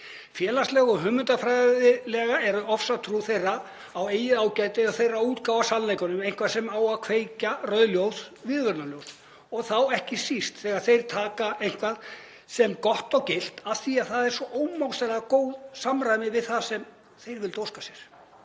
Félagslega og hugmyndafræðilega er ofsatrú þeirra á eigið ágæti eða þeirra útgáfu af sannleikanum eitthvað sem á að kveikja rauð viðvörunarljós og þá ekki síst þegar þeir taka eitthvað gott og gilt af því að það er í svo ómótstæðilega góðu samræmi við það sem þeir vildu óska sér.